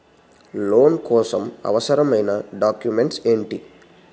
Loan కోసం అవసరమైన documents ఎంటి?